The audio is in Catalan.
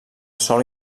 sòl